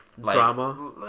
Drama